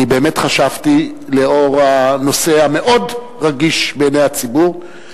אני באמת חשבתי לאור הנושא המאוד רגיש בעיני הציבור,